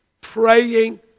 praying